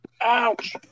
Ouch